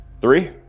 three